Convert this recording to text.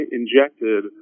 injected